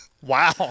Wow